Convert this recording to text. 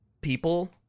people